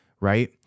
Right